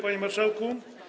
Panie Marszałku!